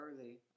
early